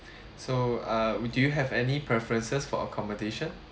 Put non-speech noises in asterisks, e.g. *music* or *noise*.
*breath* so uh do you have any preferences for accommodation